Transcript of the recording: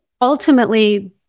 ultimately